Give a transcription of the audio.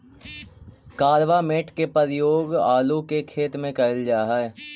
carbamate के प्रयोग आलू के खेत में कैल जा हई